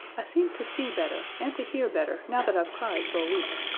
i seem to see better, and to hear better now that i've cried for a week.